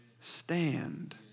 Stand